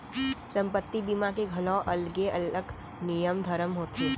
संपत्ति बीमा के घलौ अलगे अलग नियम धरम होथे